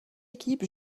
équipe